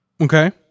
Okay